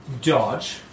dodge